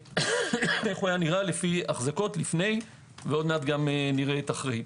איך היה נראה לפי אחזקות לפני ותכף נראה את אחרי.